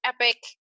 epic